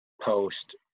Post